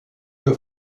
que